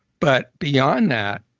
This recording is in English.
but beyond that,